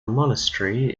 monastery